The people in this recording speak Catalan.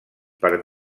per